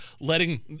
letting